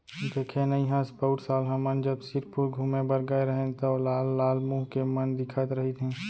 देखे नइ हस पउर साल हमन जब सिरपुर घूमें बर गए रहेन तौ लाल लाल मुंह के मन दिखत रहिन हे